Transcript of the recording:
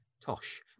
tosh